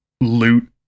loot